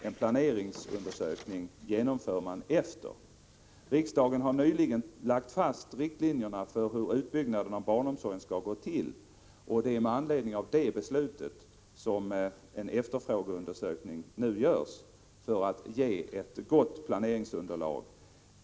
En planeringsundersökning genomför man efteråt. Riksdagen har nyligen lagt fast riktlinjerna för hur utbyggnaden av barnomsorgen skall gå till, och det är med anledning av det beslutet som efterfrågeundersökningen nu genomförs, för att ge ett gott planeringsunderlag.